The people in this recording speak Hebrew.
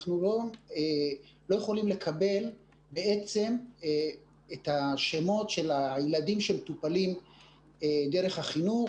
אנחנו לא יכולים לקבל את השמות של הילדים שמופלים באמצעות מערכת החינוך,